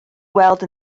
weld